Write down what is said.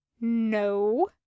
No